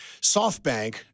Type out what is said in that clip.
SoftBank